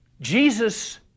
Jesus